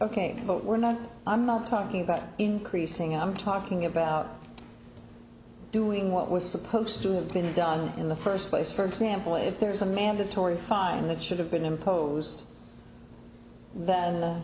ok but we're not i'm not talking about increasing i'm talking about doing what was supposed to have been done in the first place for example if there's a mandatory fine that should have been imposed th